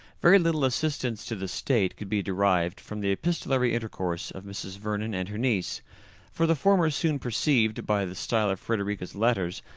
very little assistance to the state could be derived from the epistolary intercourse of mrs. vernon and her niece for the former soon perceived, by the style of frederica's letters,